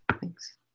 Thanks